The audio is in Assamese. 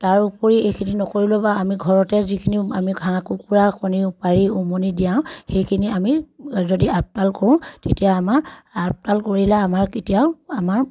তাৰ উপৰি এইখিনি নকৰিলেও বা আমি ঘৰতে যিখিনি আমি হাঁহ কুকুৰা কণী পাৰি উমনি দিয়াওঁ সেইখিনি আমি যদি আপদাল কৰোঁ তেতিয়া আমাৰ আপদাল কৰিলে আমাৰ কেতিয়াও আমাৰ